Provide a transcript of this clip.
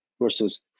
versus